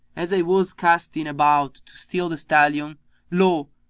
as i was casting about to steal the stallion lo!